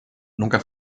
nunca